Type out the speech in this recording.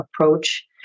approach